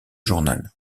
journal